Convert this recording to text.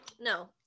no